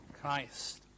Christ